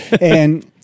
And-